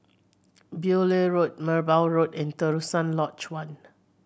Beaulieu Road Merbau Road and Terusan Lodge One